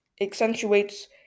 accentuates